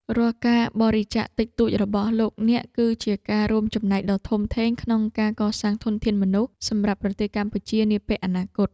រាល់ការបរិច្ចាគតិចតួចរបស់លោកអ្នក គឺជាការរួមចំណែកដ៏ធំធេងក្នុងការកសាងធនធានមនុស្សសម្រាប់ប្រទេសកម្ពុជានាពេលអនាគត។